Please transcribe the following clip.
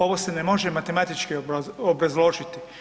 Ovo se ne može matematički obrazložiti.